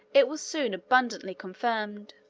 it was soon abundantly confirmed.